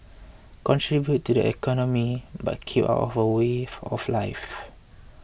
contribute to the economy but keep out of our way of life